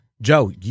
Joe